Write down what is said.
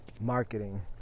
marketing